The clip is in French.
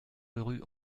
rue